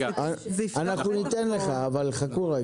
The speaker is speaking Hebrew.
נספיק לקרוא את זה